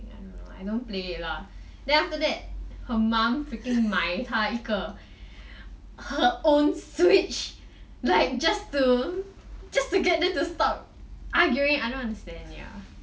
I don't play it lah then after that her mum freaking 买她一个 her own switch like just to get them to stop arguing I don't understand ya